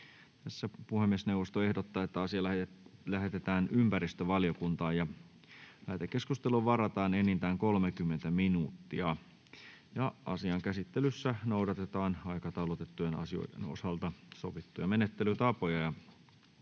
Puhemiesneuvosto ehdottaa, että asia lähetetään maa- ja metsätalousvaliokuntaan. Lähetekeskusteluun varataan enintään 30 minuuttia. Asian käsittelyssä noudatetaan aikataulutettujen asioiden osalta sovittuja menettelytapoja.